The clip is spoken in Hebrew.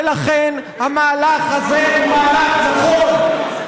ולכן, המהלך הזה הוא מהלך נכון.